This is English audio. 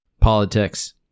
Politics